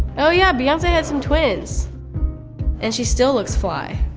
oh yeah, beyonce had some twins and she still looks fly.